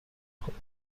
کنه